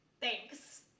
Thanks